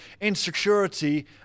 insecurity